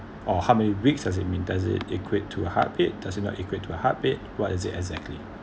or how many weeks does it mean does it equate to heartbeat does it not equate to heartbeat what is it exactly